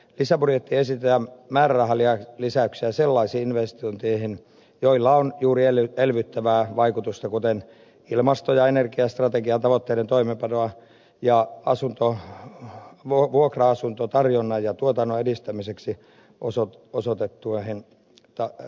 lisäbudjettiin esitetään määrärahalisäyksiä sellaisiin investointeihin joilla on juuri elvyttävää vaikutusta kuten ilmasto ja energiastrategian tavoitteiden toimeenpanoon ja vuokra asuntotarjonnan ja tuotannon edistämiseen